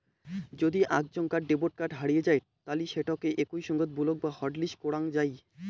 যদি আক ঝন্কার ডেবট কার্ড হারিয়ে যাই তালি সেটোকে একই সঙ্গত ব্লক বা হটলিস্ট করাং যাই